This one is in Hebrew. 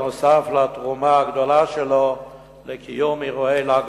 נוסף על התרומה הגדולה שלו לקיום אירועי ל"ג